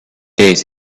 days